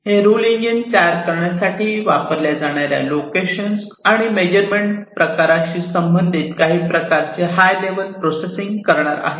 तर हे rule engine rule तयार करण्यासाठी वापरल्या जाणार्या लोकेशन आणि मेजरमेंट प्रकाराशी संबंधित काही प्रकारचे हाय लेव्हल प्रोसेसिंग करणार आहेत